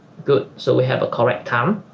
good so we have a correct time